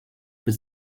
but